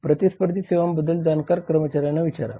प्रतिस्पर्धी सेवांबद्दल जाणकार कर्मचाऱ्यांना विचारा